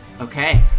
Okay